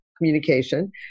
communication